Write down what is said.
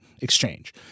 exchange